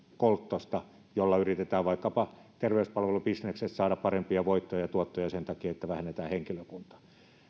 kolttosia joilla yritetään vaikkapa terveyspalvelubisneksessä saada parempia voittoja ja tuottoja sillä että vähennetään henkilökuntaa